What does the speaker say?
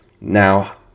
Now